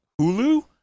Hulu